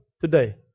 today